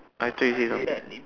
I thought you said something